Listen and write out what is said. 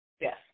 Yes